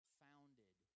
founded